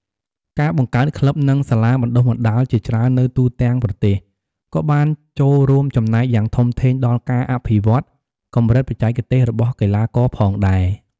ការបង្កើតក្លឹប និងសាលាបណ្ដុះបណ្ដាលជាច្រើននៅទូទាំងប្រទេសក៏បានចូលរួមចំណែកយ៉ាងធំធេងដល់ការអភិវឌ្ឍន៍កម្រិតបច្ចេកទេសរបស់កីឡាករផងដែរ។